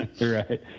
right